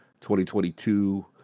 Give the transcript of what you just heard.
2022